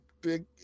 Big